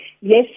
Yes